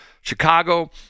Chicago